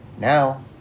Now